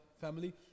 family